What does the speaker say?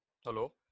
hello